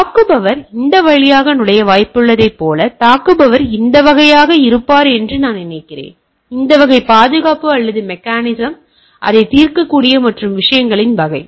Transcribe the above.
தாக்குபவர் இந்த வழியாக நுழைய வாய்ப்புள்ளதைப் போல தாக்குபவர் இந்த வகையாக இருப்பார் என்று நான் நினைக்கிறேன் இந்த வகை பாதுகாப்பு அல்லது மெக்கானிசம் அதைத் தீர்க்கக்கூடிய மற்றும் விஷயங்களின் வகை